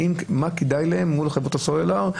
מה כדאי להם מול חברות הסלולר.